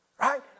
Right